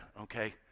okay